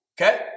Okay